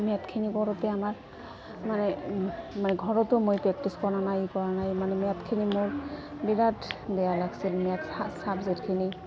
মেথ্ছখিনি কৰোঁতে আমাৰ মানে মানে ঘৰতো মই প্ৰেক্টিছ কৰা নাই ই কৰা নাই মানে মেথ্ছখিনি মোৰ বিৰাট বেয়া লাগছিল মেথ্ছ চাবজেক্টখিনি